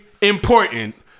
important